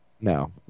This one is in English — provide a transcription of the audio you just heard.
No